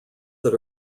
that